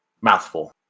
Mouthful